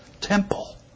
temple